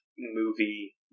movie